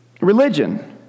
Religion